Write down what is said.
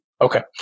Okay